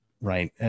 right